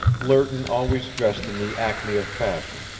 lerton always dressed in the acme of fashion,